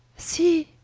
see,